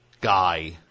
guy